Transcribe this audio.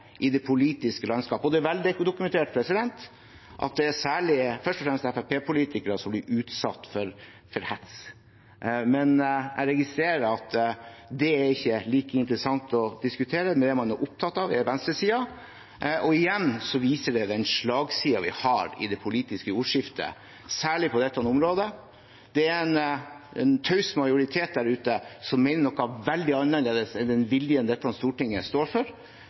i det politiske landskapet – og det er veldokumentert at det først og fremst er Fremskrittsparti-politikere – som er utsatt for hets. Jeg registrerer at det ikke er like interessant å diskutere. Det man er opptatt av, er venstresiden. Igjen viser det den slagsiden vi har i det politiske ordskiftet, særlig på dette området. Det er en taus majoritet der ute som mener noe veldig annerledes enn den viljen dette stortinget står for,